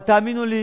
אבל תאמינו לי,